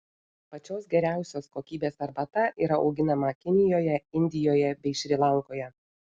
pačios geriausios kokybės arbata yra auginama kinijoje indijoje bei šri lankoje